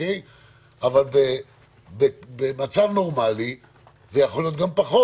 אבל במצב נורמלי זה יכול להיות גם פחות,